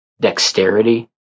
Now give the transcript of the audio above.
dexterity